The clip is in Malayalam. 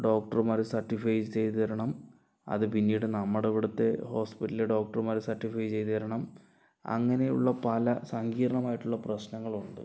ഡോക്ടർമാര് സർട്ടിഫൈ ചെയ്ത് തരണം അത് പിന്നീട് നമ്മുടെ ഇവിടുത്തെ ഹോസ്പിറ്റലിലെ ഡോക്ടർമാര് സർട്ടിഫൈ ചെയ്ത് തരണം അങ്ങനെയുള്ള പല സങ്കീർണമായിട്ടുള്ള പ്രശ്നങ്ങളും ഉണ്ട്